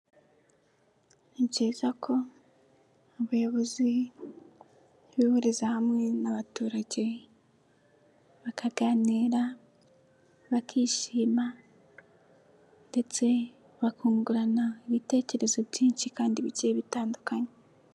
Ni byiza ko abayobozi bihuriza hamwe n'abaturage bakaganira, bakishima ndetse bakungurana ibitekerezo byinshi kandi bike bitandukanye.